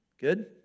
Good